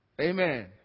Amen